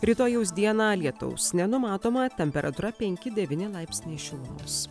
rytojaus dieną lietaus nenumatoma temperatūra penki devyni laipsniai šilumos